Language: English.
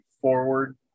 forward